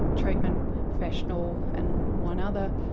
and treatment professional and one other,